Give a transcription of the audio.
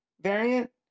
variant